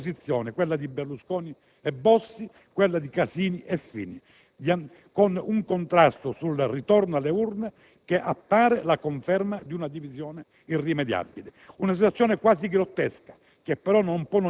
con quattro opposizioni, quella di Berlusconi e Bossi e quella di Casini e Fini, e con un contrasto sul ritorno alle urne che appare la conferma di una divisione irrimediabile. Una situazione quasi grottesca,